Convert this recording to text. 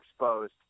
exposed